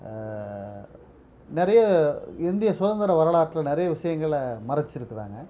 நிறைய இந்திய சுதந்திரம் வரலாற்றில் நிறைய விஷயங்களை மறைச்சிருக்கிறாங்க